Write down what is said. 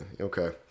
Okay